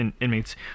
inmates